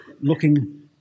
looking